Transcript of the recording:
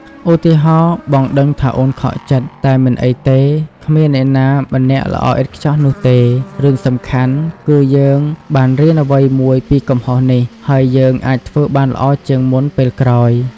ឧទាហរណ៍ បងដឹងថាអូនខកចិត្ត តែមិនអីទេ គ្មានអ្នកណាម្នាក់ល្អឥតខ្ចោះនោះទេ។ រឿងសំខាន់គឺយើងបានរៀនអ្វីមួយពីកំហុសនេះ ហើយយើងអាចធ្វើបានល្អជាងមុនពេលក្រោយ។